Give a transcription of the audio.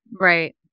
Right